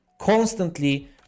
constantly